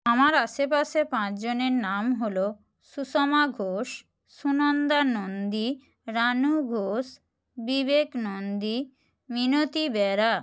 আমার আশেপাশে পাঁচ জনের নাম হল সুষমা ঘোষ সুনন্দা নন্দী রানু ঘোষ বিবেক নন্দী মিনতি বেরা